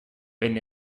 wenn